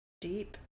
Deep